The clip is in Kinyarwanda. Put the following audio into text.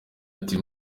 ati